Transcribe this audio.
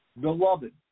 Beloved